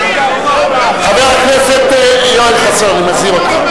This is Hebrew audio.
חבר הכנסת יואל חסון, אני מזהיר אותך.